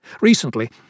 Recently